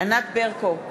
ענת ברקו,